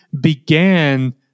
began